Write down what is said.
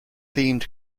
themed